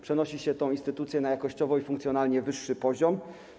Przenosi się tę instytucję na jakościowo i funkcjonalnie wyższy poziom.